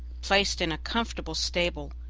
placed in a comfortable stable,